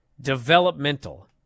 developmental